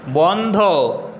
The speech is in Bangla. বন্ধ